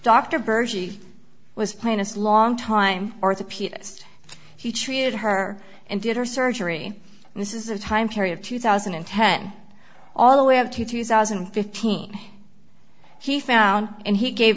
bergy was playing this long time orthopedist he treated her and did her surgery and this is a time period two thousand and ten all the way up to two thousand and fifteen he found and he gave